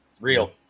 Real